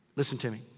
listen to me.